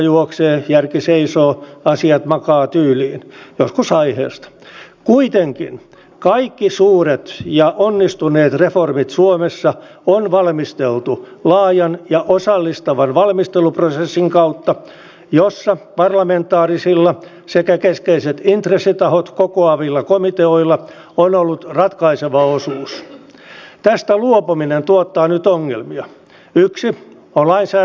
tämän takia on tärkeää että myös nämä lait jotka koskevat tiedustelua tietoverkoissa pitää tässä talossa panna kuntoon niin että meidän rajavartiolaitoksen virkamiehillä tullin virkamiehillä poliisivirkamiehillä ja puolustusvoimilla on riittävät valmiudet hoitaa tehtäviään ja harjoittaa tiedustelua etukäteen